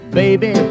baby